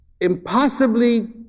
impossibly